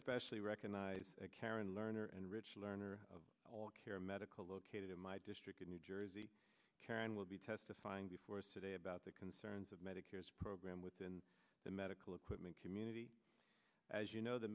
specially recognize karen lerner and rich lerner of all care medical located in my district in new jersey karen will be testifying before us today about the concerns of medicare's program within the medical equipment community as you know the